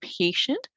patient